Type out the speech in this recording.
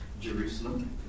Jerusalem